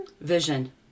vision